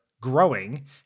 growing